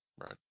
Right